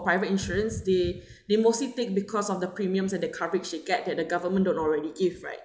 private insurance they they mostly take because of the premiums and the coverage they get that the government don't already give right